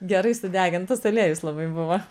gerai sudegintas aliejus labai buvo